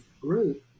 group